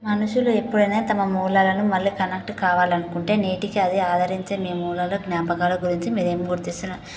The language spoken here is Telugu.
మనుషులు ఎప్పుడైనా తమ మూలలను మళ్ళీ కనెక్ట్ కావాలనుకుంటే నేటికి అదే ఆదరించే మీ మూలాలు జ్ఞాపకాల గురించి మీరేం గుర్తిస్తున్నారు